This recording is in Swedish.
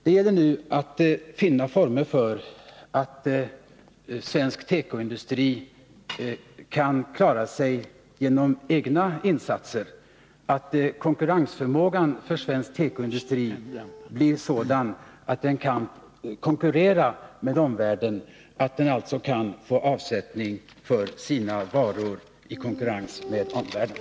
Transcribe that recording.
Det gäller nu att finna former för att svensk tekoindustri skall kunna klara sig genom egna insatser, att konkurrensförmågan för svensk tekoindustri blir sådan att denna industri kan få avsättning för sina varor i konkurrens med omvärlden.